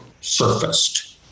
surfaced